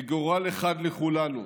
וגורל אחד לכולנו,